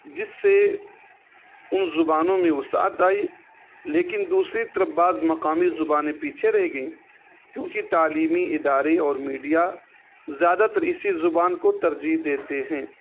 جس سے ان زبانوں میں وسعت آئی لیکن دوسری طرف بعض مقامی زبانیں پیچھے رہ گئیں کیونکہ تعلیمی ادارے اور میڈیا زیادہ تر اسی زبان کو ترجیح دیتے ہیں